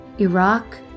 Iraq